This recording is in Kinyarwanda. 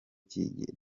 gishize